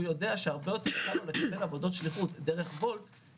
הוא יודע שהרבה יותר קל לו לקבל עבודות שליחות דרך וולט